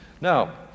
Now